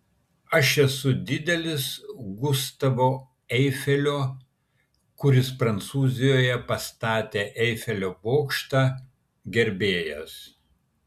aš esu didelis gustavo eifelio kuris prancūzijoje pastatė eifelio bokštą gerbėjas